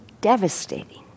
devastating